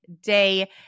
Day